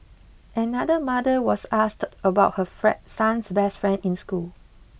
another mother was asked about her son's best friend in school